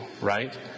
right